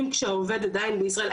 אין נוהל כזה,